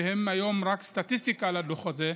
שהם היום רק סטטיסטיקה לדוח הזה,